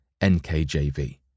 NKJV